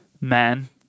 man